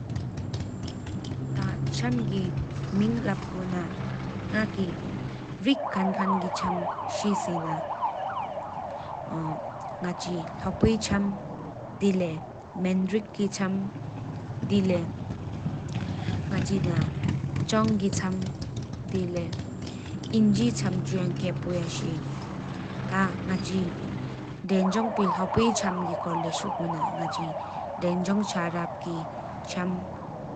ཐ་ཆམ་གི་མིང་ལབ་གོ་ན་ང་གི་རིག་ཁན་ཁན་གི་ཆམ་ཤེས་སེའུ་ང་ཆི་ལྷོ་པོའི་ཆམ་དེ་ལས་མེན་རིག་གི་ཆམ་དེ་ལས་བྱང་གི་ཆམ་དེ་ལས་དངུལ་གི་ཆམ་ཆུ་ཡ་གཅིག་ཤེས། ང་ཆི་དན་འཛོམས་ལྷོ་པོའི་ཆམ་གི་སྐོར་ལས་ལབ་གོ་ན་དན་འཛོམས་ཅ་རབ་དེ་ལས་དེ་འཆི། ཐ་དེང་སྐོར་ལས་ཤུ་ག་ན་ལུ་གཅེས་པོ་གཅིག་ཧེ།